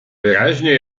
wyraźnie